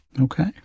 Okay